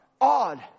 odd